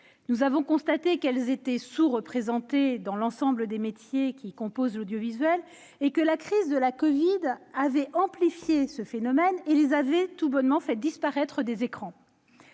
Nous avons constaté qu'elles étaient sous-représentées dans l'ensemble des métiers de l'audiovisuel et que la crise de la covid avait amplifié le phénomène, en les faisant tout bonnement disparaître des écrans